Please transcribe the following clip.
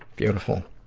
beautiful.